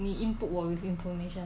I don't like politics